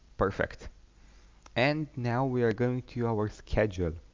perfect and now we are going to our schedule